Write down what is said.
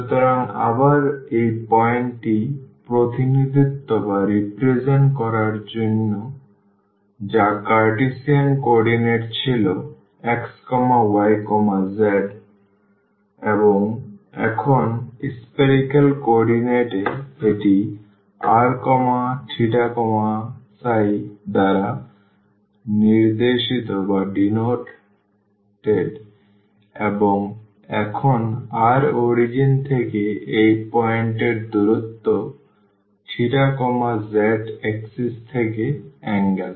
সুতরাং আবার এই পয়েন্টটি প্রতিনিধিত্ব করার জন্য যা কার্টেসিয়ান কোঅর্ডিনেট ছিল x y z এবং এখন spherical কোঅর্ডিনেট এ এটি r দ্বারা নির্দেশিত এবং এখন r অরিজিন থেকে এই পয়েন্ট এর দূরত্ব z axis থেকে অ্যাঙ্গেল